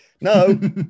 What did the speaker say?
no